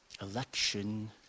election